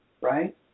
Right